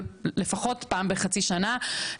פוגשים אותם בחידוש האשרות,